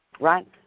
right